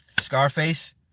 Scarface